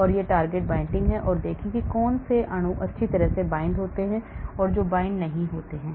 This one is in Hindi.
और वह target binding है और देखें कि कौन से अणु अच्छी तरह से बंधते हैं जो बांधता नहीं है